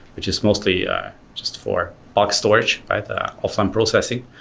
which is mostly just for box storage, the offline processing.